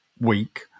week